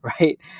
right